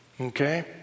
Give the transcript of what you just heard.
okay